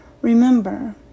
remember